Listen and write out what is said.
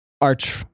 arch